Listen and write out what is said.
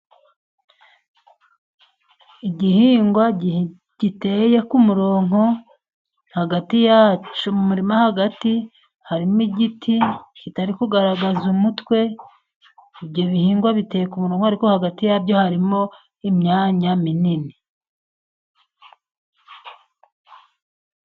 Igihingwa giteye ku murongo, mu murima hagati harimo igiti kitari kugaragaza umutwe, ibyo bihingwa biteye ku murongo, ariko hagati yabyo harimo imyanya munini.